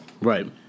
Right